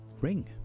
Ring